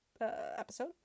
episode